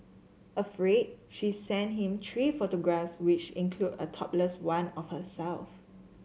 afraid she sent him three photographs which include a topless one of herself